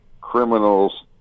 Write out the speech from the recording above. criminals